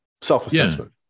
self-assessment